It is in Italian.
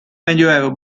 medioevo